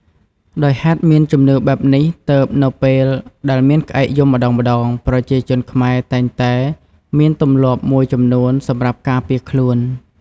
ដោយហេតុមានជំនឿបែបនេះទើបនៅពេលដែលមានក្អែកយំម្តងៗប្រជាជនខ្មែរតែងតែមានទម្លាប់មួយចំនួនសម្រាប់ការពារខ្លួន។